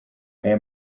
ayo